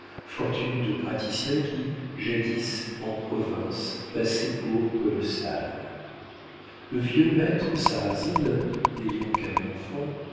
fortune de praticien qui jadis en province passait pour colossale le vieux maître sarrasine n'ayant qu'un enfant